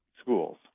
schools